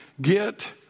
Get